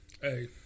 hey